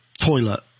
toilet